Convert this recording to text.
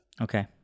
Okay